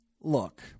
look